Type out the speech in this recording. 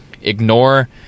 ignore